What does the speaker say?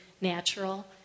natural